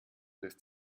lässt